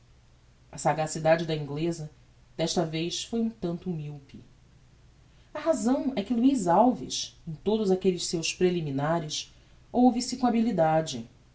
a sagacidade da ingleza desta vez foi um tanto myope a razão é que luiz alves em todos aquelles seus preliminares